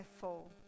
fall